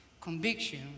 conviction